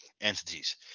entities